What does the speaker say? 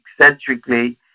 eccentrically